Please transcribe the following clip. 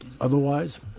otherwise